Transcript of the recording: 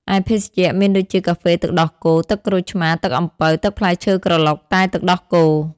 ឯភេសជ្ជៈមានដូចជាកាហ្វេទឹកដោះគោ ទឹកក្រូចឆ្មារ ទឹកអំពៅ ទឹកផ្លែឈើក្រឡុក តែទឹកដោះគោ ។